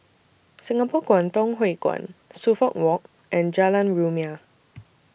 Singapore Kwangtung Hui Kuan Suffolk Walk and Jalan Rumia